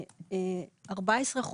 14%,